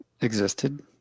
existed